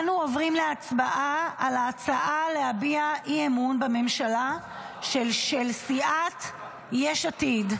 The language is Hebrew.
אנו עוברים להצבעה על ההצעה להביע אי-אמון בממשלה של סייעת יש עתיד.